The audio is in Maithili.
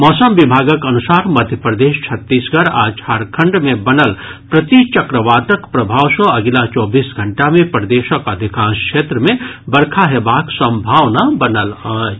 मौसम विभागक अनुसार मध्यप्रदेश छत्तीसगढ़ आ झारंखड मे बनल प्रतिचक्रवातक प्रभाव सँ अगिला चौबीस घंटा मे प्रदेशक अधिकांश क्षेत्र मे बरखा हेबाक सम्भावना बनल अछि